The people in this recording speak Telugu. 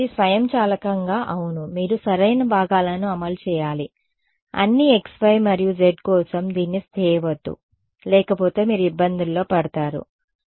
ఇది స్వయంచాలకంగా అవును మీరు సరైన భాగాలను అమలు చేయాలి అన్ని xy మరియు z కోసం దీన్ని చేయవద్దు లేకపోతే మీరు ఇబ్బందుల్లో పడతారు సరే